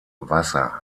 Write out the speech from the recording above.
wasser